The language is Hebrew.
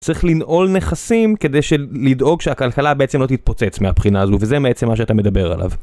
צריך לנעול נכסים כדי שלדאוג שהכלכלה בעצם לא תתפוצץ מהבחינה הזו וזה בעצם מה שאתה מדבר עליו.